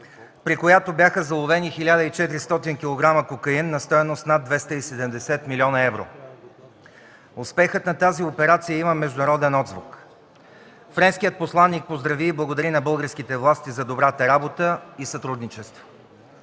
при която бяха заловени 1400 кг кокаин на стойност над 270 млн. евро. Успехът на тази операция има международен отзвук. Френският посланик поздрави и благодари на българските власти за добрата работа и сътрудничество.